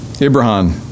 Ibrahim